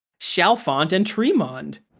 chalfont and tremond!